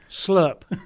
slurp!